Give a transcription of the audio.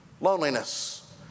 Loneliness